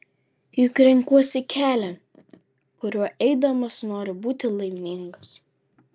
juk renkuosi kelią kuriuo eidamas noriu būti laimingas